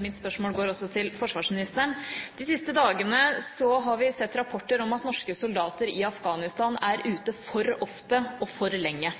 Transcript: Mitt spørsmål går også til forsvarsministeren. De siste dagene har vi sett rapporter om at norske soldater i Afghanistan er ute for ofte og for lenge.